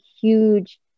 huge